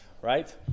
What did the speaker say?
right